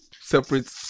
separate